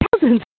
thousands